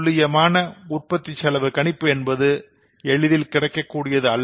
துல்லியமான உற்பத்தி செலவு கணிப்பு என்பது எளிதில் கிடைக்ககூடியது அல்ல